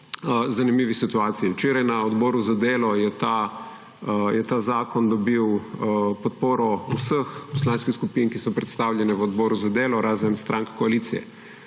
zanimivi situaciji. Včeraj na Odboru za delo je ta zakon dobil podporo vseh poslanskih skupin, ki so predstavljene v Odboru za delo, razen strank koalicije.